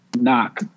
knock